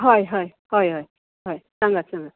हय हय हय हय हय सांगात सांगात